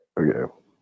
Okay